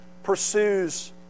pursues